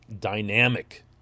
dynamic